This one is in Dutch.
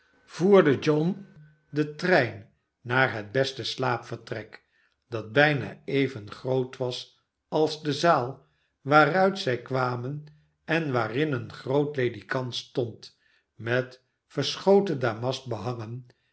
voerde john den trein naar het beste slaapvertrek dat bijna even groot was als de zaal waaruit zij kwamen en waarm een groot ledikant stond met verschoten damast behangen